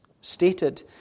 stated